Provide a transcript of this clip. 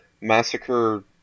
Massacre